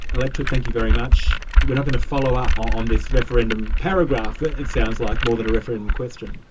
electorate, thank you very much we're not going to follow up on this referendum paragraph, it sounds like, more than a referendum question.